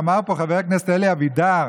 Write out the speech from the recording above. אלי אבידר: